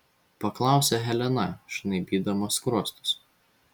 paklausė helena žnaibydama skruostus